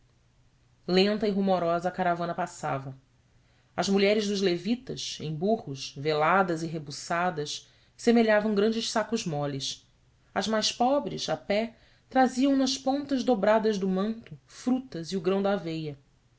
lenta e rumorosa a caravana passava as mulheres dos levitas em burros veladas e rebuçadas semelhavam grandes sacos moles as mais pobres a pé traziam nas pontas dobradas do manto frutas e o grão da aveia